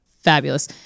fabulous